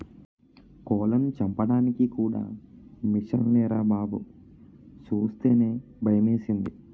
కోళ్లను చంపడానికి కూడా మిసన్లేరా బాబూ సూస్తేనే భయమేసింది